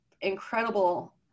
incredible